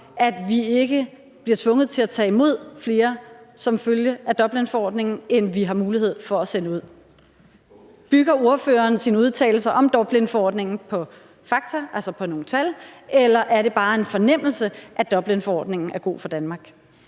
at vi ikke bliver tvunget til at tage imod flere som følge af Dublinforordningen, end vi har mulighed for at sende ud? Bygger ordføreren sine udtalelser om Dublinforordningen på fakta, altså på nogle tal, eller er det bare en fornemmelse, at Dublinforordningen er god for Danmark?